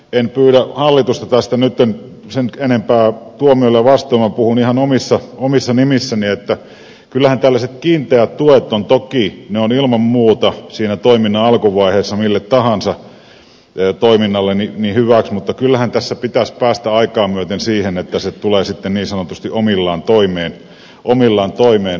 en pyydä hallitusta tästä nytten sen enempää tuomiolle vastaamaan puhun ihan omissa nimissäni että kyllähän tällaiset kiinteät tuet ovat toki ilman muuta siinä toiminnan alkuvaiheessa mille tahansa toiminnalle hyväksi mutta kyllähän tässä pitäisi päästä aikaa myöten siihen että se tulee sitten niin sanotusti omillaan toimeen